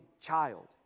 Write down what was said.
child